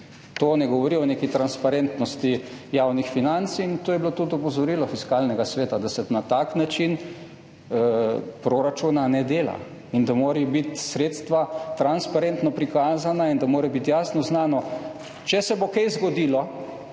To ne govori o neki transparentnosti javnih financ. In to je bilo tudi opozorilo Fiskalnega sveta – da se na tak način proračuna ne dela in da morajo biti sredstva transparentno prikazana, da mora biti jasno znano, če se bo kaj zgodilo,